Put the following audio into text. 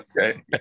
Okay